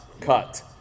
cut